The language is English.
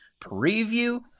preview